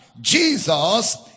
Jesus